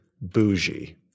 bougie